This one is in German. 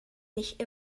nicht